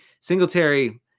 Singletary –